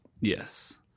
Yes